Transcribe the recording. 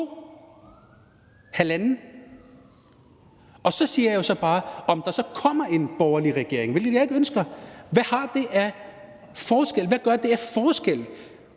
halvanden! Og så siger jeg bare: Om der så kommer en borgerlig regering, hvilket jeg ikke ønsker, hvad gør det af forskel for de mennesker,